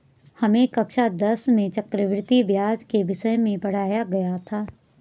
हमें कक्षा दस में चक्रवृद्धि ब्याज के विषय में पढ़ाया गया था